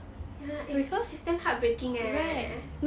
ya it's it's damn heartbreaking eh